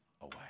away